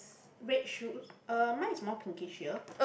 red shoes uh mine is more pinkish here